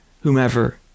whomever